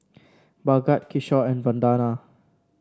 Bhagat Kishore and Vandana